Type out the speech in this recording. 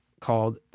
called